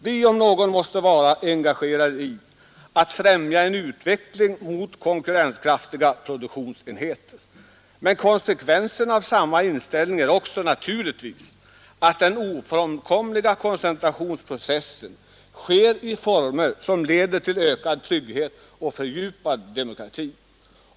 Vi om några måste vara engagerade i att främja en utveckling mot konkurrenskraftiga produktionsenheter. Men konsekvensen av samma inställning är också naturligtvis att den ofrånkomliga koncentrationsprocessen sker i former som leder till ökad trygghet och fördjupad demokrati.